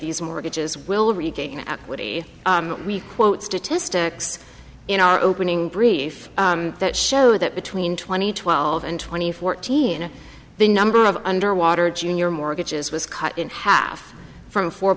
these mortgages will regain requote statistics in our opening brief that show that between twenty twelve and twenty fourteen the number of underwater junior mortgages was cut in half from four